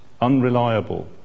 unreliable